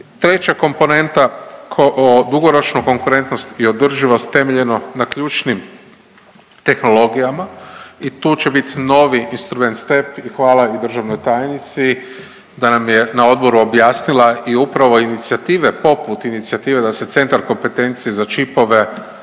Treća komponenta, dugoročnu konkurentnost i održivost temeljeno na ključnim tehnologijama i tu će biti novi instrument STEP i hvala državnoj tajnici da nam je na odboru objasnila i upravo inicijative poput inicijative da se centar kompetencije za čipove